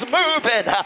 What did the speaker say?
moving